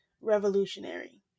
revolutionary